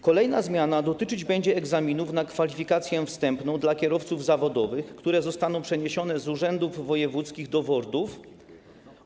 Kolejna zmiana dotyczyć będzie egzaminów na kwalifikację wstępną dla kierowców zawodowych, które zostaną przeniesione z urzędów wojewódzkich do WORD-ów.